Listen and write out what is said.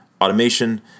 automation